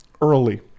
early